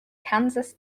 kansas